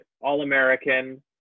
All-American